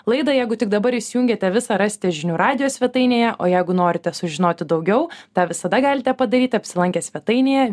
laidą jeigu tik dabar įsijungėte visą rasite žinių radijo svetainėje o jeigu norite sužinoti daugiau tą visada galite padaryti apsilankę svetainėje